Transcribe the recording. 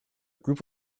group